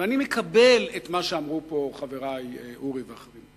ואני מקבל את מה שאמרו כאן חברי, אורי ואחרים.